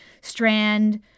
strand